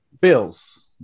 Bills